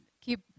keep